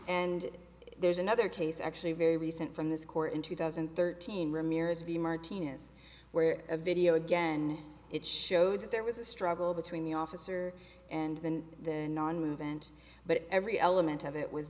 and there's another case actually very recent from this court in two thousand and thirteen ramirez v martinez where a video again it showed that there was a struggle between the officer and then the non movement but every element of it was